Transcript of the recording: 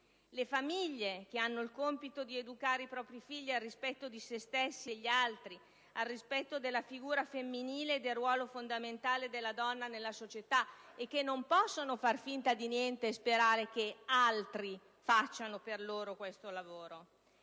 le famiglie, che hanno il compito di educare i propri figli al rispetto di se stessi e degli altri, al rispetto della figura femminile e del ruolo fondamentale della donna nella società, e che non possono far finta di niente e sperare che altri facciano per loro questo lavoro;